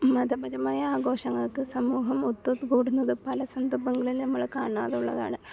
മതപരമായ ആഘോഷങ്ങൾക്ക് സമൂഹം ഒത്തുകൂടുന്നത് പല സന്ദർഭങ്ങളിലും നമ്മള് കാണാറുള്ളതാണ്